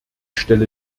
stelle